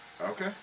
Okay